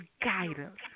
guidance